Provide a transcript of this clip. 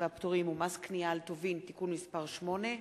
והפטורים ומס קנייה על טובין (תיקון מס' 7),